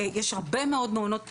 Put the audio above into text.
יש הרבה מאוד מעונות פרטיים,